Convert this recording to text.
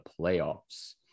playoffs